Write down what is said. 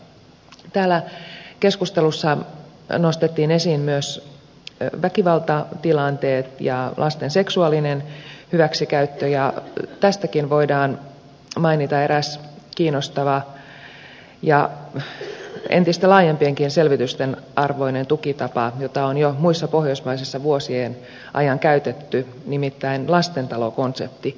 täällä keskustelussa nostettiin esiin myös väkivaltatilanteet ja lasten seksuaalinen hyväksikäyttö ja tästäkin voidaan mainita eräs kiinnostava ja entistä laajempienkin selvitysten arvoinen tukitapa jota on jo muissa pohjoismaissa vuosien ajan käytetty nimittäin lastentalokonsepti